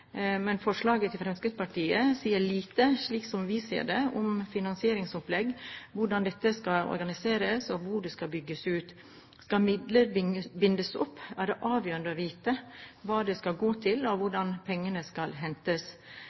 men forslaget til Fremskrittspartiet sier lite, slik vi ser det, om finansieringsopplegg, hvordan dette skal organiseres, og hvor det skal bygges ut. Skal midler bindes opp, er det avgjørende å vite hva de skal gå til, og hvordan pengene skal hentes.